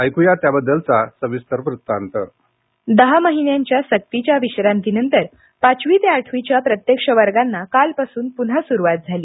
ऐक्या याबद्दलचा सविस्तर वृत्तांतः दहा महिन्यांच्या सक्तीच्या विश्रांतीनंतर पाचवी ते आठवीच्या प्रत्यक्ष वर्गांना कालपासून पुन्हा सुरुवात झाली